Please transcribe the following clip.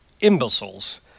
imbeciles